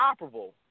operable